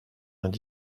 vingt